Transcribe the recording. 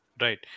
Right